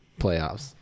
playoffs